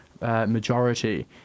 Majority